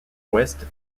ouest